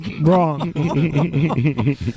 Wrong